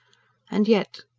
and yet.